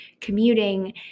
commuting